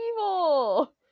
evil